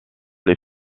les